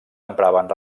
empraven